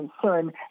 concern